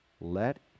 let